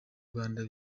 rwanda